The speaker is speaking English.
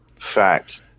Fact